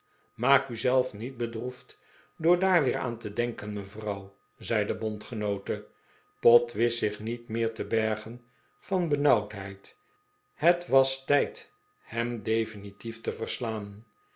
maak u zelf niet bedroefd door daar weer aan te denken mevrouw zei de bondgenoote pott wist zich niet meer te bergen van benauwdheid het was tijd hem definitief te verslaan